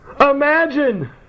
Imagine